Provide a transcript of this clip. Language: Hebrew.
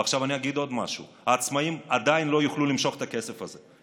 ועכשיו אני אגיד עוד משהו: העצמאים עדיין לא יוכלו למשוך את הכסף הזה,